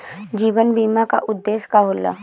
जीवन बीमा का उदेस्य का होला?